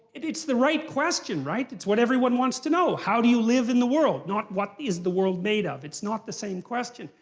it's the right question, right? it's what everyone wants to know. how do you live in the world? not what is the world made of. it's not the same question.